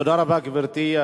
תודה רבה, גברתי.